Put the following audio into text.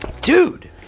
Dude